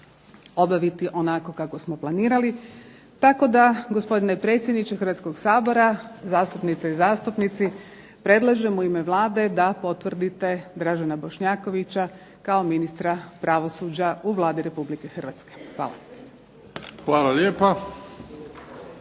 obaviti onako kako smo planirali. Tako da gospodine predsjedniče Hrvatskoga sabora, zastupnice i zastupnici predlažem u ime Vlade da potvrdite Dražena Bošnjakovića kao ministra pravosuđa u Vladi Republike Hrvatske. Hvala lijepa.